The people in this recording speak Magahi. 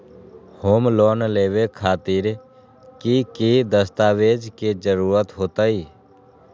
होम लोन लेबे खातिर की की दस्तावेज के जरूरत होतई?